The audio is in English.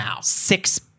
six